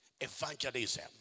evangelism